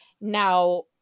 now